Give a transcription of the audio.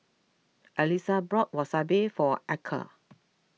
Alisa bought Wasabi for Archer